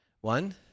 One